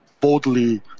boldly